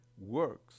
works